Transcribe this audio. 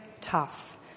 tough